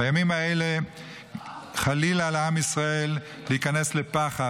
בימים האלה חלילה לעם ישראל להיכנס לפחד.